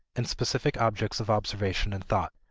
and specific objects of observation and thought.